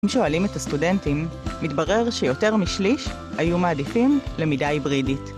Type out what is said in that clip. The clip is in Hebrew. אם שואלים את הסטודנטים, מתברר שיותר משליש היו מעדיפים למידה היברידית.